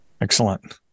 excellent